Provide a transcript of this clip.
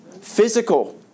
physical